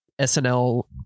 SNL